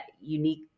unique